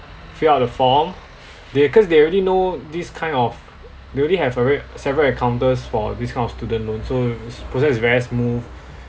fill up the form they cause they already know this kind of they already have a re~ several encounters for this kind of student loan so process is very smooth